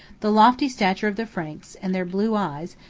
the lofty stature of the franks, and their blue eyes,